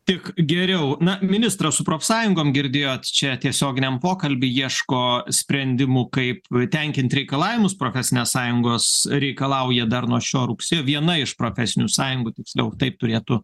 tik geriau na ministras su profsąjungom girdėjot čia tiesioginiame pokalby ieško sprendimų kaip tenkint reikalavimus profesinės sąjungos reikalauja dar nuo šio rugsėjo viena iš profesinių sąjungų tiksliau taip turėtų